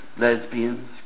lesbians